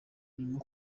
harimo